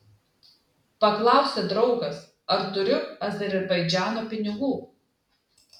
paklausė draugas ar turiu azerbaidžano pinigų